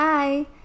Hi